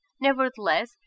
Nevertheless